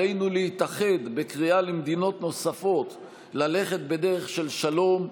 עלינו להתאחד בקריאה למדינות נוספות ללכת בדרך של שלום,